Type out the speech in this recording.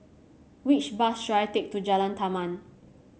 which bus should I take to Jalan Taman